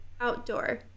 outdoor